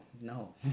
no